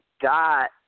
got